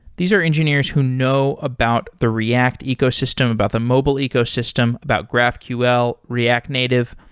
these are engineers who know about the react ecosystem, about the mobile ecosystem, about graphql, react native.